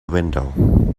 window